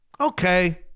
Okay